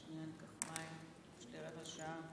חברת הכנסת רייטן.